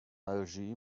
algae